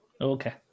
Okay